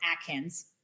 Atkins